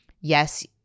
yes